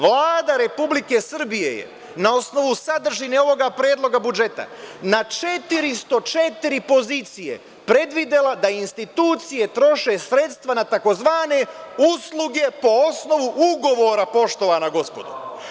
Vlada Republike Srbije je na osnovu sadržine ovog predloga budžeta na 404 pozicije predvidela da institucije troše sredstva na tzv. usluge po osnovu ugovora, poštovana gospodo.